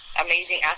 amazing